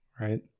Right